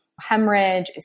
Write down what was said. hemorrhage